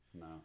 No